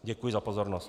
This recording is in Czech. Děkuji za pozornost.